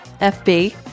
FB